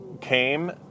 came